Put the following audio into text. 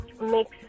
mix